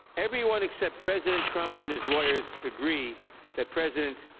everyone except president trump and his lawyers agree that president,